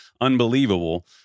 unbelievable